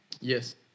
Yes